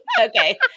okay